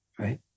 right